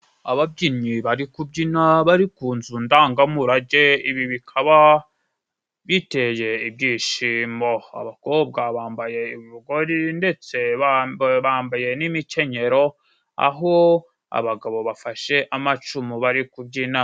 Ababyinnyi bari kubyina bari ku nzu ndangamurage ibi bikaba biteye ibyishimo. Abakobwa bambaye urugori ndetse bambaye n'imikenyero aho abagabo bafashe amacumu bari kubyina.